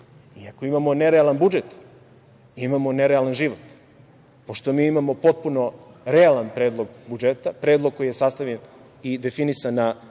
ako imamo nerealan budžet, imamo nerealan život. Pošto mi imamo potpuno realan Predlog budžeta, predlog koji je sastavljen i definisan na